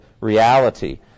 reality